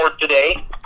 today